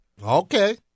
Okay